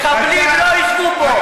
מחבלים לא ישבו פה,